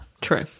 True